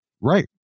Right